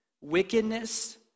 wickedness